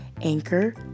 Anchor